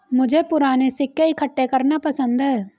मुझे पूराने सिक्के इकट्ठे करना पसंद है